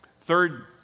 Third